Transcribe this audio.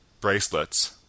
bracelets